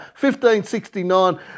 1569